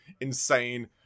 insane